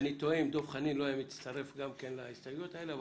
ואני תוהה אם דב חנין לא היה מצטרף גם כן להסתייגויות האלה.